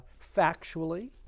factually